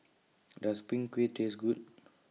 Does Png Kueh Taste Good